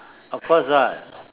of course [what]